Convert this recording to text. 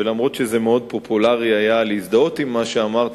ואפילו שזה מאוד פופולרי להזדהות עם מה שאמרת,